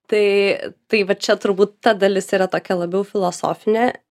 tai tai va čia turbūt ta dalis yra tokia labiau filosofinė